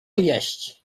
jeść